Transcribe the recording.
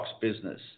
business